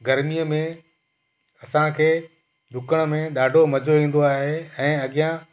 गर्मीअ में असांखे ॾुकण में ॾाढो मज़ो ईंदो आहे ऐं अॻियां